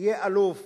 יהיה אלוף